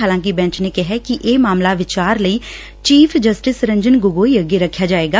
ਹਾਲਾਕਿ bench ਨੇ ਕਿਹੈ ਕਿ ਇਹ ਮਾਮਲਾ ਵਿਚਾਰ ਲਈ ਚੀਫ਼ ਜਸਟਿਸ ਰੰਜਨ ਗੋਗੋਈ ਅੱਗੇ ਰੱਖਿਆ ਜਾਏਗਾ